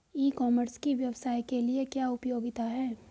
ई commerce की व्यवसाय के लिए क्या उपयोगिता है?